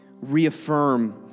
reaffirm